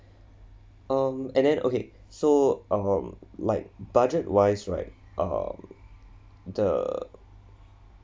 um and then okay so um like budget wise right um the